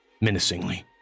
Menacingly